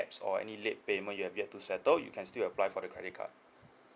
or any late payment you have yet to settle you can still apply for the credit card